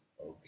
okay